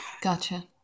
gotcha